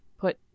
put